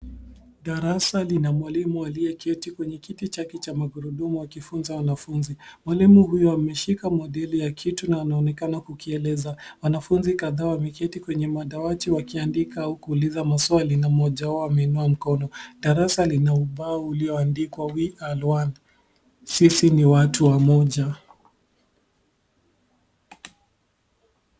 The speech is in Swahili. Darasa lina mwalimu aliyeketi kwenye kiti chake cha magurudumu akifunza wanafunzi. Mwalimu huyo ameshika modeli ya kitu na onekana kukieleza. Wanafunzi kadhaa wameketi kwenye madawati waki andika au kuuliza maswali na mmoja wao ameinua mkono. Darasa lina ubao ulioandikwa we are one , sisi ni watu wamoja.